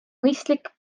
mõistlik